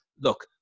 Look